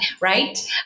right